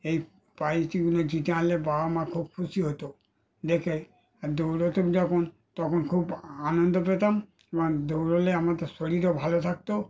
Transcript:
এই প্রাইজগুলো জিতে আনলে বাবা মা খুব খুশি হতো দেখে আর দৌড়োতাম যখন তখন খুব আনন্দ পেতাম এবং দৌড়োলে আমাদের শরীরও ভালো থাকত